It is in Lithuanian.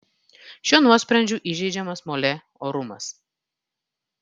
šiuo nuosprendžiu įžeidžiamas molė orumas